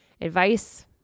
Advice